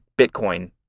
Bitcoin